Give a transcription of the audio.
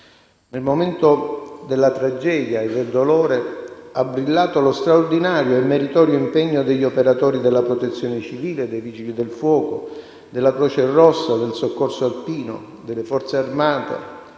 Nel momento della tragedia e del dolore ha brillato lo straordinario e meritorio impegno degli operatori della Protezione civile, dei Vigili del fuoco, della Croce Rossa, del Soccorso alpino, della Forze armate,